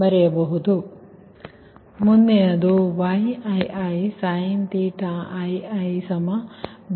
ಅಥವಾ ಮುಂದಿನದು |Yii|sin iiBii